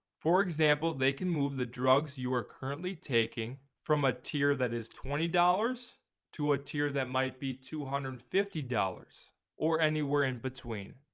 for example they can move the drugs you are currently taking from a tier that is twenty dollars to a tier that might be two hundred fifty dollars or anywhere in between.